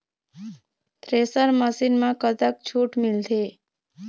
Thresher machine म कतक छूट मिलथे?